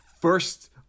first